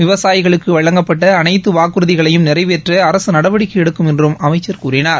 விவசாயிகளுக்கு வழங்கப்பட்ட அனைத்து வாக்குறுதிகளையும் நிறைவேற்ற அரசு நடவடிக்கை எடுக்கும் என்றும் அமைச்சர் கூறினார்